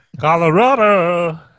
Colorado